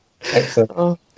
Excellent